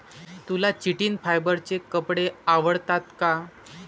तुला चिटिन फायबरचे कपडे आवडतात का?